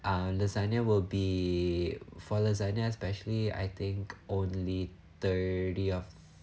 uh lasagna will be for lasagna especially I think only thirty of